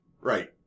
Right